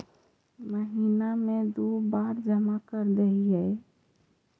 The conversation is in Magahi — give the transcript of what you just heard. महिना मे दु बार जमा करदेहिय?